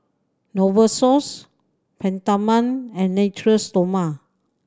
Novosource Peptamen and Natura Stoma